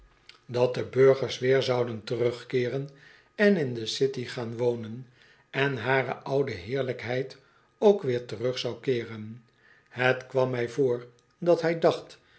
dat de burgers weer zouden terugkeeren en in de city gaan wonen en hare oude heerlijkheid ook weer terug zou keer en het kwam mij voor dat hij dacht